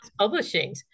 Publishings